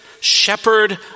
shepherd